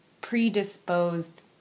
predisposed